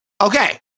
Okay